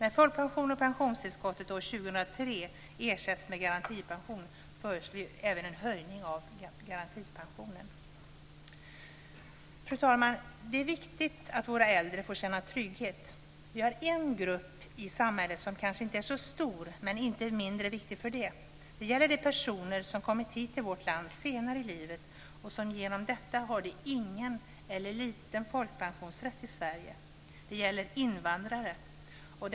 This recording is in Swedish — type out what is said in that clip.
När folkpensionen och pensionstillskottet år 2003 ersätts med garantipension föreslår vi en höjning även av garantipensionen. Fru talman! Det är viktigt att våra äldre får känna trygghet. Det gäller invandrare.